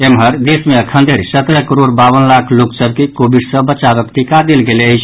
एम्हर देश मे अखनधरि सत्रह करोड़ बावन लाख लोक सभ के कोविड सॅ बचावक टीका देल गेल अछि